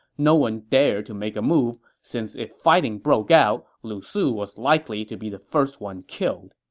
no one dared to make a move, since if fighting broke out, lu su was likely to be the first one killed